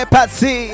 Patsy